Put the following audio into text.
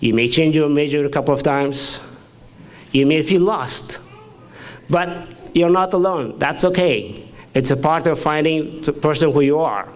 you may change your major a couple of times in if you lost but you're not alone that's ok it's a part of finding the person who you are